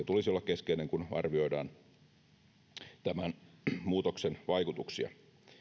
tulisi olla keskeinen kun arvioidaan tämän muutoksen vaikutuksia